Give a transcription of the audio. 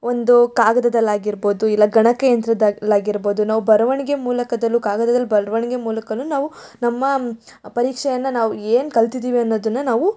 ಒಂದು ಕಾಗದದಲ್ಲಿ ಆಗಿರ್ಬೋದು ಇಲ್ಲ ಗಣಕಯಂತ್ರದ್ದಲ್ಲಾಗಿರ್ಬೋದು ನಾವು ಬರವಣಿಗೆ ಮೂಲಕದಲ್ಲು ಕಾಗದದಲ್ಲಿ ಬರವಣ್ಗೆ ಮೂಲಕವೂ ನಾವು ನಮ್ಮ ಪರೀಕ್ಷೆಯನ್ನು ನಾವು ಏನು ಕಲ್ತಿದ್ದೀವಿ ಅನ್ನೋದನ್ನು ನಾವು